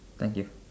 thank you